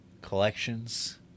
collections